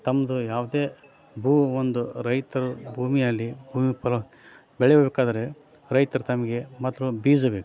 ತಮ್ಮದು ಯಾವುದೇ ಭೂ ಒಂದು ರೈತರು ಭೂಮಿಯಲ್ಲಿ ಭೂಮಿ ಪರ ಬೆಳೀಬೇಕಾದ್ರೆ ರೈತರು ತಮಗೆ ಮೊದಲು ಒಂದು ಬೀಜ ಬೇಕು